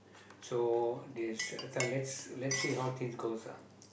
so this uh this one let's let's see how things goes ah